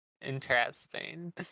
Interesting